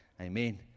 Amen